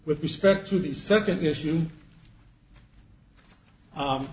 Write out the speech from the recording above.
with respect to the second issue